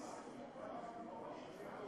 ישראל